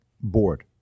bored